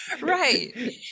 Right